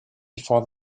before